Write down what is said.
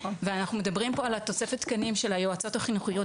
ואנחנו מדברים פה על תוספת תקנים של היועצות החינוכיות.